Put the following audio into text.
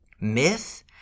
myth